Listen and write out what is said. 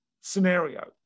scenario